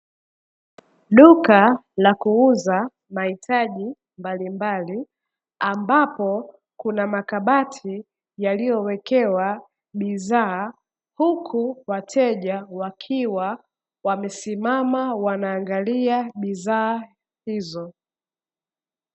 Duka la kuuza mahitaji mbalimbali, ambapo kuna makabati yaliyowekewa bidhaa, huku wateja wakiwa wamesimama wanaangalia bidhaa hizo.